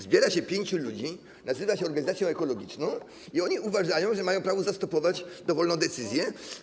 Zbiera się pięciu ludzi, nazywają się organizacją ekologiczną i uważają, że mają prawo zastopować dowolną decyzję.